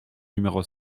numéro